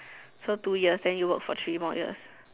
so two years then you work for three more years